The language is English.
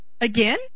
again